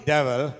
Devil